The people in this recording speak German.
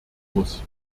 muss